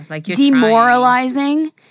demoralizing